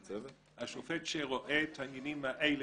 השופט שרואה את העניינים האלה,